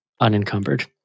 unencumbered